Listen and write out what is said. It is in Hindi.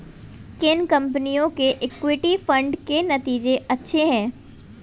किन कंपनियों के इक्विटी फंड के नतीजे अच्छे हैं?